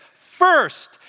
First